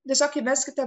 tiesiog įveskite